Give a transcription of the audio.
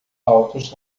altos